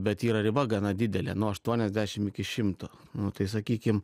bet yra riba gana didelė nuo aštuoniasdešim iki šimto nu tai sakykim